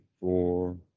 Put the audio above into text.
four